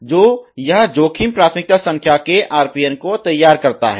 तो यह जोखिम प्राथमिकता संख्या के RPN को तैयार करता है